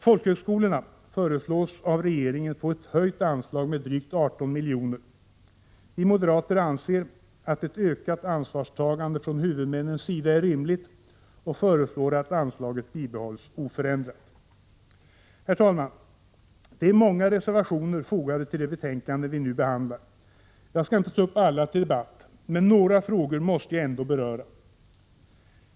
Folkhögskolorna föreslås av regeringen få ett med drygt 18 milj.kr. höjt anslag. Vi moderater anser att ett ökat ansvarstagande från huvudmännens sida är rimligt och föreslår att anslaget bibehålls oförändrat. Herr talman! Det är många reservationer fogade till de betänkanden vi nu behandlar. Jag skall inte ta upp alla till debatt, men några frågor måste jag ändå beröra.